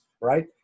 right